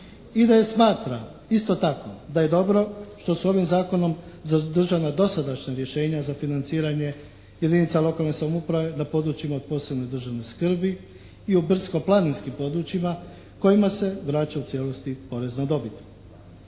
IDS smatra isto tako da je dobro što su ovim zakonom zadržana dosadašnja rješenja za financiranje jedinica lokalne samouprave na područjima od posebne državne skrbi i u brdsko-planinskim područjima kojima se vraća u cijelosti porez na dobit.